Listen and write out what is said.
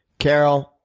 carol,